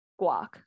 guac